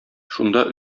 шунда